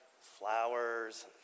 Flowers